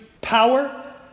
power